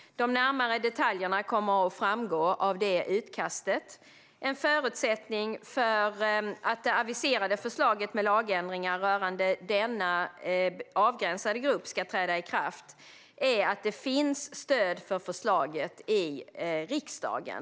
De närmare detaljerna kommer att framgå av utkastet. En förutsättning för att det aviserade förslaget med lagändringar rörande denna avgränsade grupp ska träda i kraft är att det finns stöd för förslaget i riksdagen.